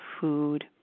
food